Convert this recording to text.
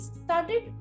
started